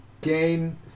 gain